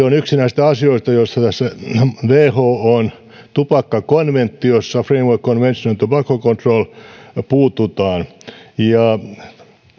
on yksi niistä asioista joihin tässä whon tupakkakonventiossa framework convention on tobacco control puututaan ja